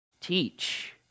teach